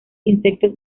insectos